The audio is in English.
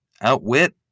Outwit